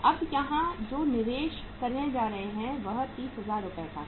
हम यहां जो निवेश करने जा रहे हैं वह 30000 रुपये का है